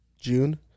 June